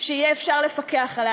שיהיה אפשר לפקח עליה.